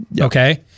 Okay